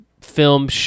film